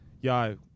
yo